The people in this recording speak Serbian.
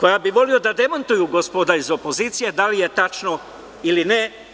koja bih voleo da demantuju gospoda iz opozicije – da li je tačno ili ne.